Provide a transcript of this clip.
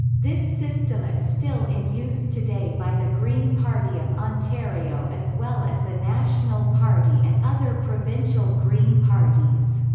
this system is still in use today by the green party of ontario as well as the national party and other provincial green parties.